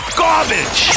garbage